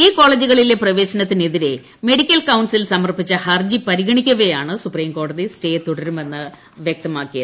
ഈ കോളെജുകളില്ലെ പ്രവേശനത്തിന് എതിരെ മെഡിക്കൽ കൌൺസിൽ സമർപ്പിച്ച ക്ട്റർജി പരിഗണിക്കവേയാണ് സുപ്രീംകോടതി സ്റ്റേ തുടരുമെന്ന് മ്പ്യക്തമാക്കി